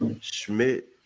Schmidt